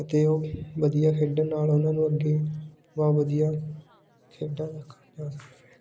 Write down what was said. ਅਤੇ ਉਹ ਵਧੀਆ ਖੇਡਣ ਨਾਲ ਉਹਨਾਂ ਨੂੰ ਅੱਗੇ ਬਹੁਤ ਵਧੀਆ ਖੇਡਾਂ